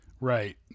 Right